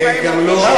זה לא,